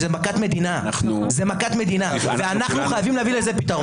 זה מכת מדינה ואנחנו חייבים להביא לזה פתרון.